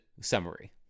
summary